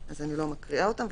אז אני לא מקריאה אותן.